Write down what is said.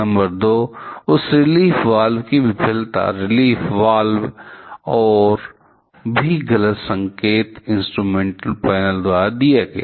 number 2 उस relief valve की विफलता रिलीफ वाल्व और भी गलत संकेत इंस्ट्रूमेंटेशन पैनल द्वारा दिया गया